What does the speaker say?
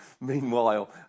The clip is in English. Meanwhile